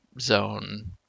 zone